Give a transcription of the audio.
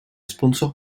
sponsor